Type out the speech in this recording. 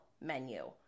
menu